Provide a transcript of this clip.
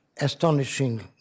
astonishing